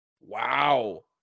Wow